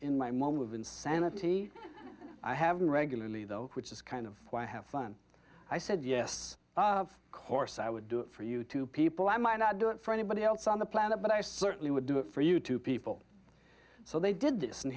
in my mom of insanity i haven't regularly though which is kind of why i have fun i said yes of course i would do it for you two people i might not do it for anybody else on the planet but i certainly would do it for you to people so they did this and